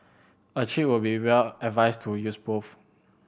a cheat would be well advised to use both